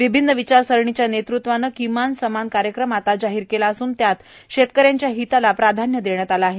विभिन्न विचारसरणीच्या नेतृत्वाने किमान समान कार्यक्रम जाहीर केला असून त्यात शेतकऱ्यांच्या हिताला प्राधान्य देण्यात आला आहे